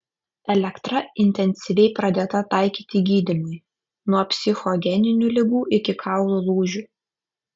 elektra intensyviai pradėta taikyti gydymui nuo psichogeninių ligų iki kaulų lūžių